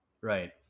Right